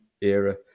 era